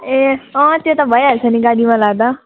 ए त्यो भइहाल्छ नि गाडीवाला त